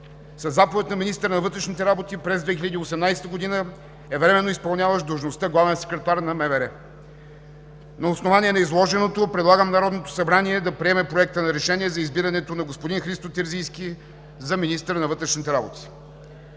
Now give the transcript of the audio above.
Със заповед на министъра на вътрешните работи през 2018 г. е временно изпълняващ длъжността „Главен секретар“ на МВР. На основание на изложеното предлагам на Народното събрание да приеме Проекта на решение за избирането на господин Христо Терзийски за министър на вътрешните работи.